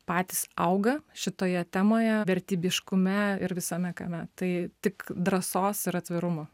patys auga šitoje temoje vertybiškume ir visame kame tai tik drąsos ir atvirumo